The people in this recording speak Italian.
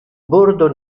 bordo